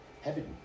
Heaven